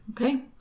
Okay